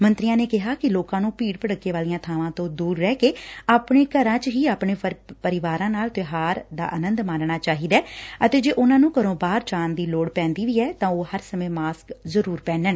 ਮੰਤਰੀਆਂ ਨੇ ਕਿਹਾ ਕਿ ਲੋਕਾਂ ਨੂੰ ਭੀਤ ਭਤੱਕੇ ਵਾਲੀਆਂ ਬਾਵਾਂ ਤੋਂ ਦੂਰ ਰਹਿ ਕੇ ਆਪਣੇ ਘਰਾਂ ਵਿੱਚ ਹੀ ਆਪਣੇ ਪਰਿਵਾਰਾਂ ਨਾਲ ਤਿਉਹਾਰ ਦਾ ਅਨੰਦ ਮਾਨਣਾ ਚਾਹੀਦੈ ਅਤੇ ਜੇ ਉਨੂਾ ਨੂੰ ਘਰੋ ਬਾਹਰ ਜਾਣ ਦੀ ਲੋੜ ਪੈਂਦੀ ਵੀ ਏ ਤਾਂ ਉਹ ਹਰ ਸਮੇਂ ਮਾਸਕ ਜ਼ਰੂਰ ਪਹਿਨਣ